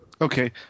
Okay